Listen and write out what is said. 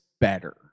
better